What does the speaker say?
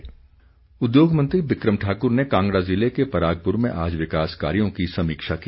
बिक्रम ठाक्र उद्योग मंत्री बिक्रम ठाक्र ने कांगड़ा ज़िले के परागपुर में आज विकास कार्यों की समीक्षा की